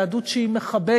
יהדות שהיא מחבקת,